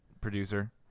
producer